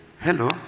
Hello